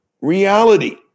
reality